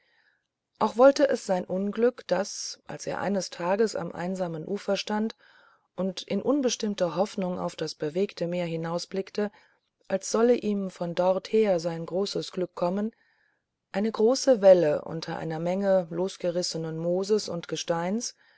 auch wollte es sein unglück daß als er eines tages am einsamen ufer stand und in unbestimmter hoffnung auf das bewegte meer hinausblickte als solle ihm von dorther sein großes glück kommen eine große welle unter einer menge losgerissenen mooses und gesteins